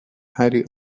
harry